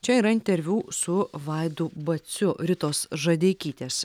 čia yra interviu su vaidu baciu ritos žadeikytės